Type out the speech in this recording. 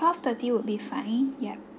twelve thirty would be fine yup